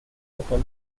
upon